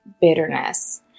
bitterness